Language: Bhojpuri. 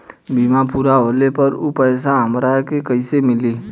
बीमा पूरा होले पर उ पैसा हमरा के कईसे मिली?